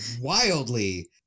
wildly